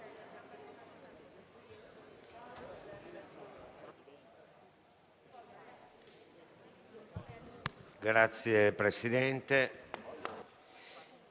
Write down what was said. Grazie Presidente.